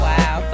Wow